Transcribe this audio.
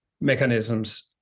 mechanisms